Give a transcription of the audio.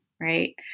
right